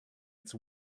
its